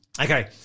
Okay